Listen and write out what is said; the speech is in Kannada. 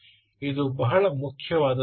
ಇದು ಬಹಳ ಮುಖ್ಯವಾದ ವಿಷಯ